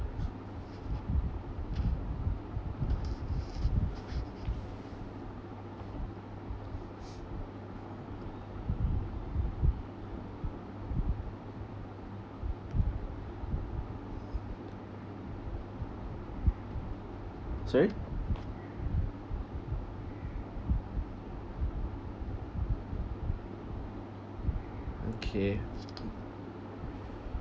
sorry okay